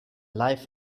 life